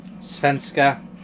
svenska